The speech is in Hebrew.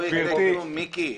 לא יקרה כלום, מיקי.